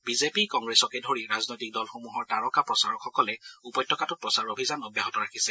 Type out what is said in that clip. BJP কংগ্ৰেছকে ধৰি ৰাজনৈতিক দলসমূহৰ তাৰকা প্ৰচাৰকসকলে উপত্যকাটোত প্ৰচাৰ অভিযান অব্যাহত ৰাখিছে